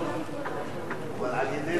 שינוי המועד להגשת בקשות לפי הוראות המעבר),